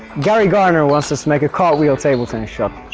gary garner wants us to make a cart wheel table tennis shot.